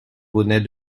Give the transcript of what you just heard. bonnets